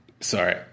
Sorry